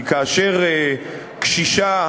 כי כאשר קשישה,